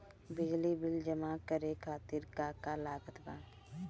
बिजली बिल जमा करे खातिर का का लागत बा?